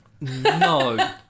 No